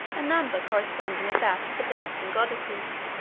a number corresponding with that of the dancing goddesses.